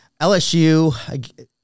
LSU